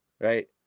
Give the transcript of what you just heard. right